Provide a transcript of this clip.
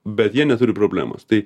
bet jie neturi problemos tai